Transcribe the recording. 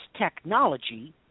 technology